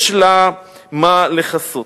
יש לה מה לכסות.